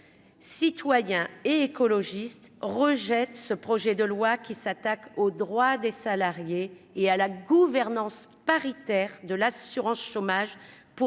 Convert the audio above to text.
Citoyen et écologiste rejettent ce projet de loi qui s'attaquent aux droits des salariés et à la gouvernance paritaire de l'assurance chômage